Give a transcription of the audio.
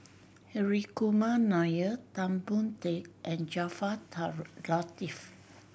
Hri Kumar Nair Tan Boon Teik and Jaafar Latiff